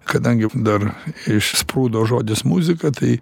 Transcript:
kadangi dar išsprūdo žodis muzika tai